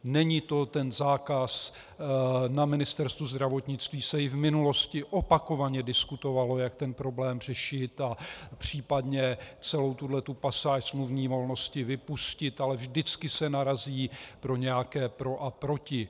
Není to ten zákaz na Ministerstvu zdravotnictví se i v minulosti opakovaně diskutovalo, jak problém řešit a případně celou tuhle pasáž smluvní volnosti vypustit, ale vždycky se narazí na nějaké pro a proti.